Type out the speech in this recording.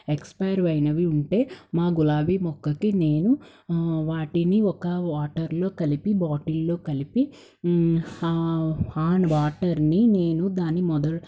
expire అయినవి ఉంటే మా గులాబీ మొక్కకి నేను వాటిని ఒక వాటర్లో కలిపి బాటిల్లో కలిపి ఆ వాటర్ని నేను దాన్ని మొదల్